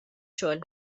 xogħol